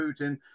Putin